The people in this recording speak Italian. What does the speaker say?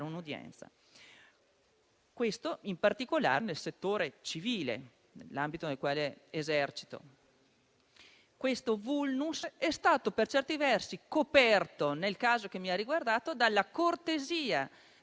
un'udienza (questo accade in particolare nel settore civile, l'ambito nel quale esercito). Questo *vulnus* è stato per certi versi sanato nel caso che mi ha riguardato dalla cortesia